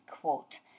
quote